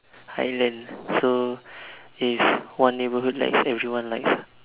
highland so if one day neighbourhood likes everyone likes ah